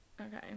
Okay